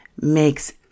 makes